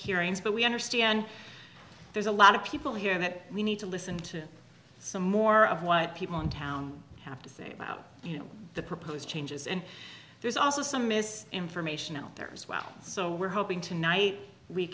hearings but we understand there's a lot of people here that we need to listen to some more of what people in town have to say about the proposed changes and there's also some mis information out there as well so we're hoping tonight we